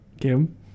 Kim